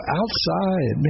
outside